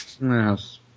Yes